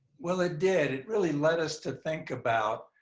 well, it did. it really led us to think about,